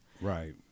right